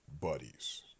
buddies